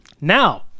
Now